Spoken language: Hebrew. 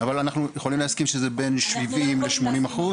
אבל אנחנו יכולים להסכים שזה בין 70% ל-80%?